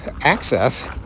access